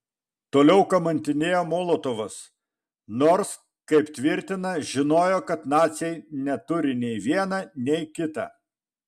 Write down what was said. toliau kamantinėjo molotovas nors kaip tvirtina žinojo kad naciai neturi nei viena nei kita